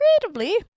creatively